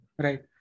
Right